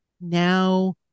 Now